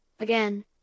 again